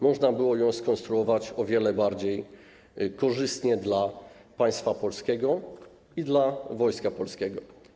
Można było ją skonstruować o wiele bardziej korzystnie dla państwa polskiego i dla Wojska Polskiego.